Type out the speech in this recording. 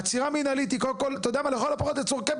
תני לנו מכתב שיפוי.